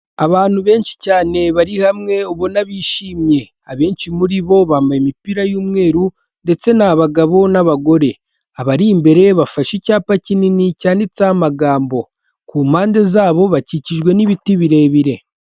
Abantu benshi cyane bari hamwe ubona bishimye, abenshi muri bo bambaye imipira y'umweru ndetse n'abagabo n'abagore, abari imbere bafashe icyapa kinini cyanditseho amagambo, ku mpande zabo bakikijwe n'ibiti birebire.